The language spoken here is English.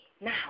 Now